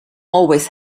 always